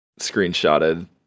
screenshotted